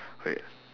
wait